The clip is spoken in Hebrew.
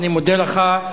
אני מודה לך.